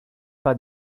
pas